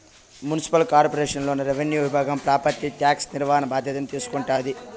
municipal corporation లోన revenue విభాగం property tax నిర్వహణ బాధ్యతల్ని తీసుకుంటాది